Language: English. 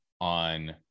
on